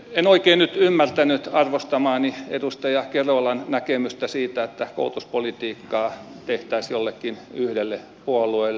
en oikein nyt ymmärtänyt arvostamani edustaja kerolan näkemystä siitä että koulutuspolitiikkaa tehtäisiin jollekin yhdelle puolueelle